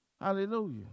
Hallelujah